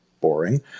boring